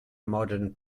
modern